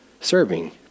serving